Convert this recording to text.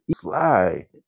fly